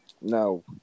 No